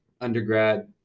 undergrad